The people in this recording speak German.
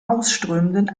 ausströmenden